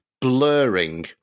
blurring